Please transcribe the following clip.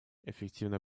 эффективное